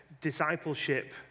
discipleship